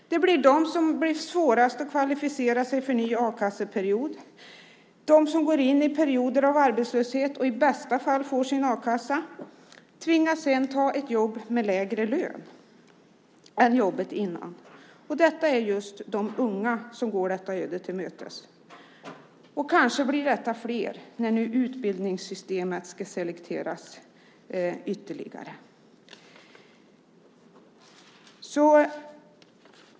Det är de som får svårast att kvalificera sig för en ny a-kasseperiod. De som går in i perioder av arbetslöshet och i bästa fall får sin a-kassa tvingas sedan att ta ett jobb med lägre lön än de hade tidigare. Och det är just de unga som går detta öde till mötes. Och kanske blir de fler när det nu ska selekteras ytterligare inom utbildningssystemet.